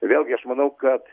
vėlgi aš manau kad